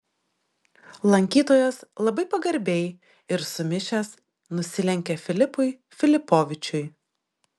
lankytojas labai pagarbiai ir sumišęs nusilenkė filipui filipovičiui